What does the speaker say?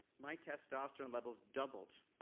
my testosterone levels doubled.